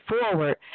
forward